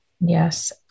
Yes